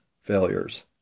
failures